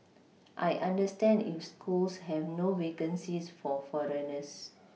I understand if schools have no vacancies for foreigners